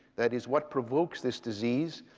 that is, what provokes this disease,